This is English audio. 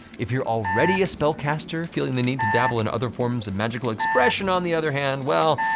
if you're already a spellcaster, feeling the need to dabble in other forms of magical expression on the other hand, well.